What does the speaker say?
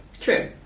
True